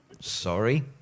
Sorry